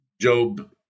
Job